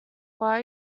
fire